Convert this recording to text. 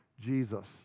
Jesus